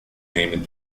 named